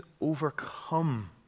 overcome